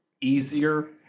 easier